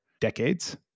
decades